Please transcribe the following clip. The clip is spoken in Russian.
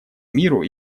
миру